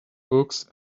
books